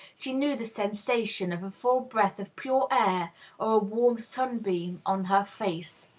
she knew the sensation of a full breath of pure air or a warm sunbeam on her face.